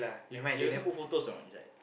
you you can put photos or not inside